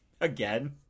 again